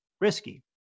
risky